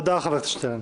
תודה, חבר הכנסת שטרן.